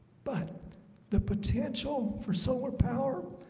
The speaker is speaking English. but the potential for solar power